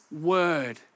word